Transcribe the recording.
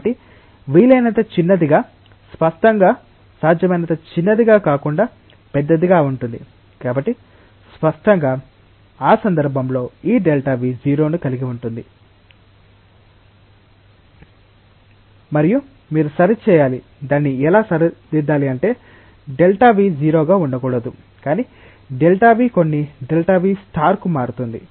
కాబట్టి వీలైనంత చిన్నదిగా స్పష్టంగా సాధ్యమైనంత చిన్నది కాకుండా పెద్దదిగా ఉంటుంది కాబట్టి స్పష్టంగా ఆ సందర్భంలో ఈ Δv 0 ను కలిగి ఉంటుందని గుర్తుంచుకోవాలి మరియు సరిచేయాలి దాన్ని ఎలా సరిదిద్దాలి అంటే Δv 0 గా ఉండకూడదు కాని Δv కొన్ని Δv కు మారుతుంది